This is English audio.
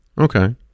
Okay